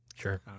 sure